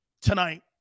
tonight